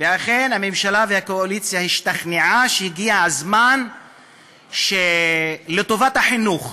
ואכן הממשלה והקואליציה השתכנעו שהגיע הזמן שלטובת החינוך,